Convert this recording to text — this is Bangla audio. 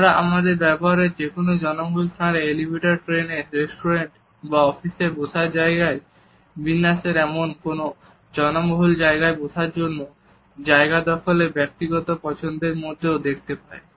আমরা আমাদের ব্যবহারের এই দিকটি কোন জনবহুল স্থানে এলিভেটরে ট্রেনে রেস্টুরেন্ট বা অফিসের বসার জায়গার বিন্যাসের এমনকি কোন জনবহুল জায়গায় বসার জন্য জায়গা দখলের ব্যক্তিগত পছন্দের মধ্যেও দেখতে পাই